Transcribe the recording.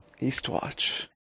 Eastwatch